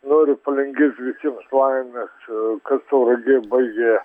noriu palinkėt visiems laimės kas tauragėj baigė